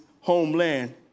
homeland